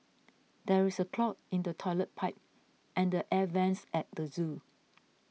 there is a clog in the Toilet Pipe and the Air Vents at the zoo